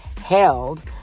held